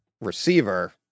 receiver